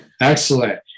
Excellent